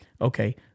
Okay